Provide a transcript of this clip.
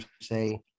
say